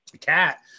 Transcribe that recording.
Cat